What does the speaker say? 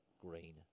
green